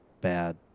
bad